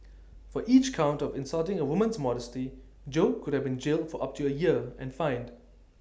for each count of insulting A woman's modesty Jo could have been jailed for up to A year and fined